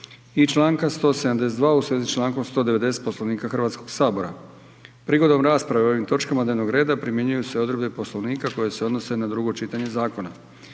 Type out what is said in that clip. i članka 172. u vezi s člankom 190. Poslovnika Hrvatskog sabora. Prigodom rasprave o ovim točkama dnevnog reda primjenjuju se odredbe Poslovnika koje se odnose na drugo čitanje zakona.